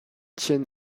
chien